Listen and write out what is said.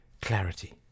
clarity